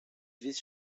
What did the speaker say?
vice